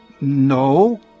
No